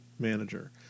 manager